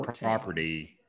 property